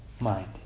mind